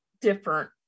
different